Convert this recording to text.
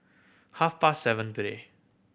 half past seven today